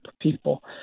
people